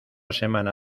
semana